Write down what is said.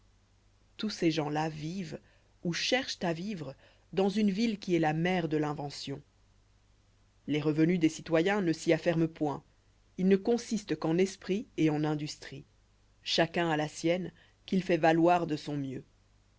tous ces gens-là vivent ou cherchent à vivre dans une ville qui est la mère de l'invention les revenus des citoyens ne s'y afferment point ils ne consistent qu'en esprit et en industrie chacun a la sienne qu'il fait valoir de son mieux